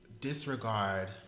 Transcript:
disregard